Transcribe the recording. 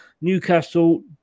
Newcastle